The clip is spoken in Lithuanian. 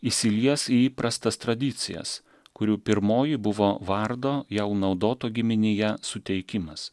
įsilies į įprastas tradicijas kurių pirmoji buvo vardo jau naudoto giminėje suteikimas